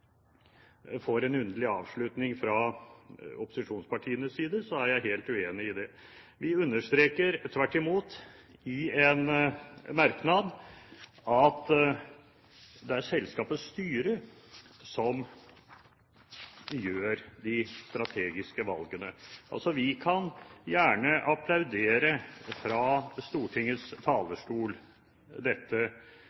får en underlig avslutning fra opposisjonspartienes side, er jeg helt uenig i det. Vi understreker tvert imot i en merknad at det er selskapets styre som gjør de strategiske valgene. Vi kan gjerne applaudere denne transaksjonen fra Stortingets